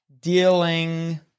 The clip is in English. dealing